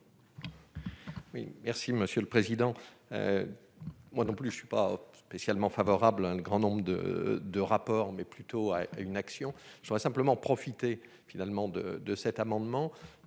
merci monsieur le président, moi non plus je ne suis pas spécialement favorable à un grand nombre de de rapport, mais plutôt une action, je voudrais simplement profiter finalement